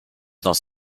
nas